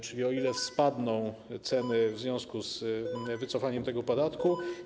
Czyli o ile spadną ceny w związku z wycofaniem tego podatku?